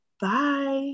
bye